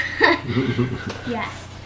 yes